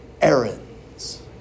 errands